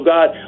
God